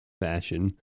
fashion